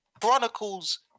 chronicles